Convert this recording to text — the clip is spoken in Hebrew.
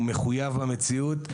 הוא מחויב המציאות,